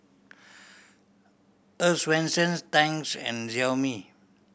Earl's Swensens Tangs and Xiaomi